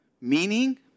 meaning